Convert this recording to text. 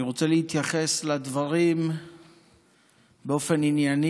אני רוצה להתייחס לדברים באופן ענייני